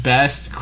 Best